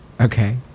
Okay